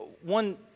one